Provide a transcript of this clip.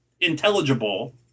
intelligible